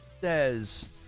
says